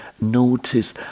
notice